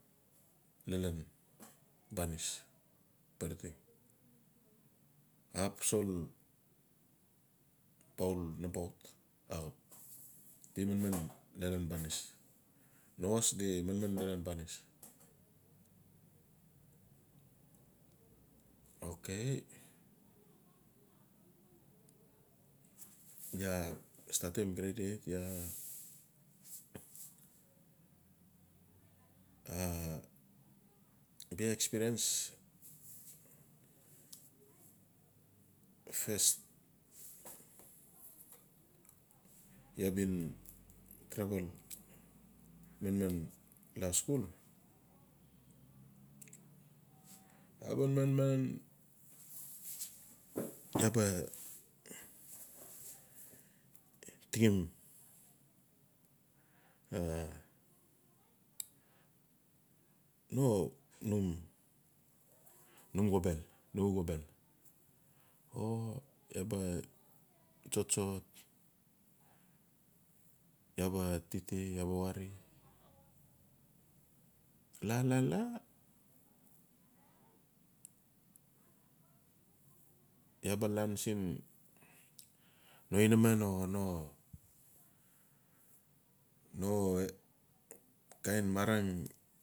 Lalan banis. barateng ap silin poul nabautaxap di manman silin banis. no harse bula nan banis. Ok iaa statim grade eight iaa iaa bia experance first iaa bin travel manman la skul. ia ba manman iaa ba tingim no num xobel o iaa ba tsotso iaa ba titiiaa ba wari la-la-la iaa ba ian siin no inaman o no kain marang.